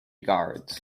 guards